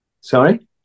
Sorry